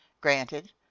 granted